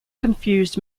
confused